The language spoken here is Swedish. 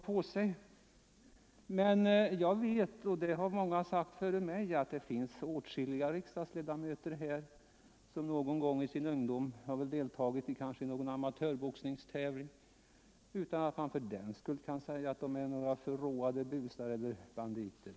Jag vet att — och det har många sagt före mig — det finns åtskilliga ledamöter av den här kammaren som i sin ungdom någon gång har deltagit i amatörboxningstävlingar, men ingen vill väl fördenskull kalla dem för busar eller banditer.